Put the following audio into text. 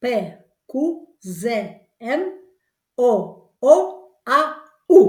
pqzm ooau